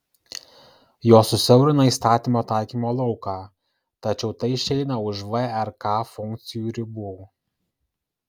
jos susiaurina įstatymo taikymo lauką tačiau tai išeina už vrk funkcijų ribų